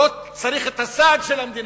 לא צריך את הסעד של המדינה.